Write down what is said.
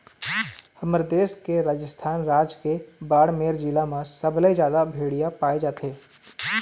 हमर देश के राजस्थान राज के बाड़मेर जिला म सबले जादा भेड़िया पाए जाथे